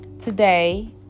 today